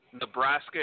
Nebraska